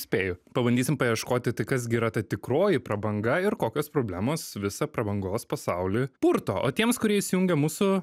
spėju pabandysim paieškoti tai kas gi yra ta tikroji prabanga ir kokios problemos visą prabangos pasaulį purto o tiems kurie įsijungė mūsų